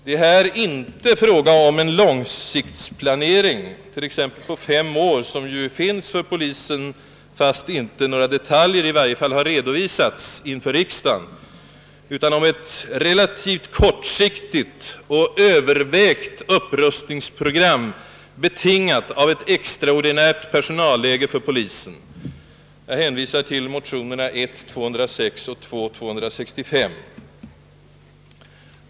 Det är här inte fråga om långsiktsplanering t.ex. på fem år. En sådan finns ju för polisen, fastän några detaljer i varje fall inte har redovisats för riksdagen. Det gäller här i stället ett relativt kortsiktigt och väl övervägt upprustningsprogram betingat av ett extraordinärt personalläge för polisen. Jag hänvisar till motionerna I: 206 och II: 265.